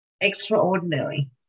extraordinary